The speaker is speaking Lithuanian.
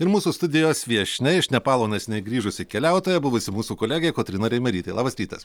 ir mūsų studijos viešnia iš nepalo neseniai grįžusi keliautoja buvusi mūsų kolegė kotryna reimerytė labas rytas